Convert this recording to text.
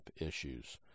issues